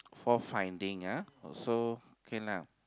fourth finding ah oh so okay lah